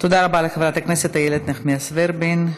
תודה רבה לחברת הכנסת איילת נחמיאס ורבין.